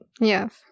Yes